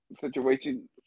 situation